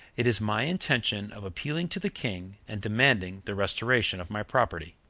it is my intention of appealing to the king and demanding the restoration of my property.